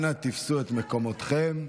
אנא תפסו את מקומותיכם.